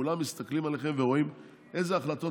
כולם מסתכלים עליכם ורואים איזה החלטות